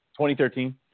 2013